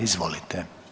Izvolite.